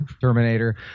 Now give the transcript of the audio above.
Terminator